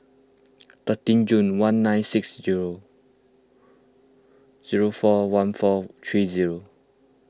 thirteen Jun one nine six zero zero four one four three zero